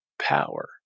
power